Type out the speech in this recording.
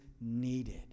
needed